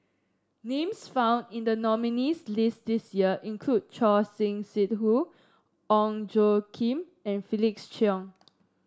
names found in the nominees' list this year include Choor Singh Sidhu Ong Tjoe Kim and Felix Cheong